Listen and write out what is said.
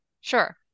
Sure